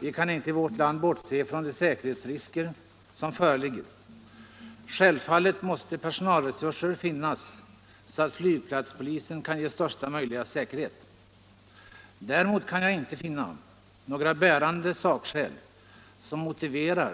Vi kan inte i vårt land bortse från de säkerhetsrisker som föreligger. Självfallet måste personalresurser finnas så att flygplatspolisen kan ge största möjliga säkerhet. Däremot kan jag inte finna några sakskäl för